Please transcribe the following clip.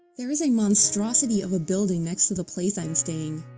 there is a monstrosity of a building next to the place i'm staying.